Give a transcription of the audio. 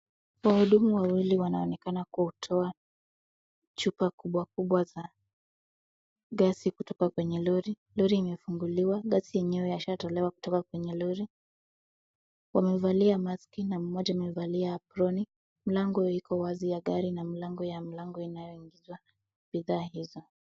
Wahudumu wawiliwanonekana kutoa chupa kubwa kubwa za gesi kutoka kwenye lori imefunguliwa, gesi yenyewe yashatolewa kutoka kwenye lori. Wamevalia maski na mmoja amevalia aproni. Mlango iko wazi ya gari na mlango ya mlango inayoingizwa bidhaa hizo.